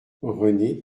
renée